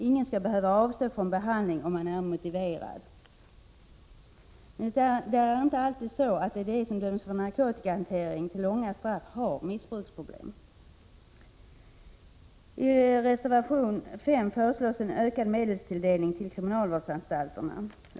Ingen som är motiverad skall behöva avstå från behandling. De som döms för narkotikahantering till långa straff har inte alltid missbruksproblem. I reservation 5 föreslås en ökad medelstilldelning till kriminalvårdsanstalterna.